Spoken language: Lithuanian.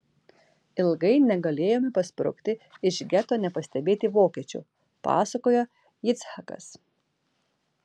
ilgai negalėjome pasprukti iš geto nepastebėti vokiečių pasakojo yitzhakas